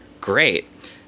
Great